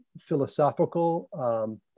philosophical